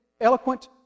eloquent